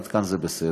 עד כאן זה בסדר.